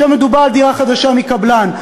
ומדובר על דירה חדשה מקבלן.